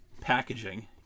packaging